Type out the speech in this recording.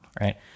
right